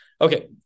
Okay